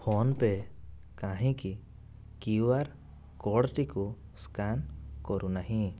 phone pay କାହିଁକି QR କୋଡ଼ଟିକୁ scan କରୁନାହିଁ